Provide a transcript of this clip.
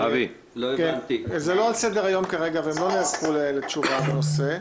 זה לא על סדר-היום כרגע והם לא נערכו לתשובה בנושא.